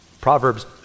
Proverbs